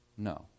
No